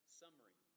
summary